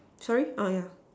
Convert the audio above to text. sorry err yeah